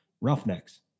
Roughnecks